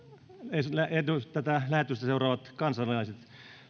tätä lähetystä seuraavat kansalaiset